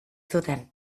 zuten